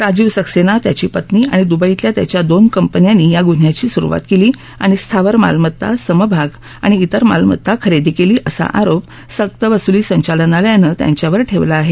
राजीव सक्सेना त्याची पत्नी आणि दुबईतल्या त्यांच्या दोन कंपन्यांनी या गुन्ह्याची सुरुवात केली आणि स्थावर मालमत्ता समभाग आणि ज्रिर मालमत्ता खरेदी केली असा आरोप सक्तवसुली संचालनालयानं त्याच्यावर ठेवला आहे